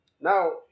Now